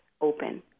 open